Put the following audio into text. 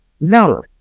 no